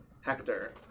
Hector